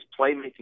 playmaking